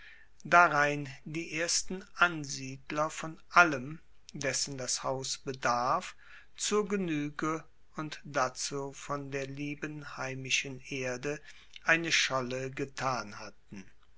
darein die ersten ansiedler von allem dessen das haus bedarf zur genuege und dazu von der lieben heimischen erde eine scholle getan hatten